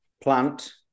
Plant